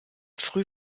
früh